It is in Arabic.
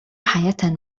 حياة